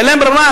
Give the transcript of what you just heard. אין להם ברירה,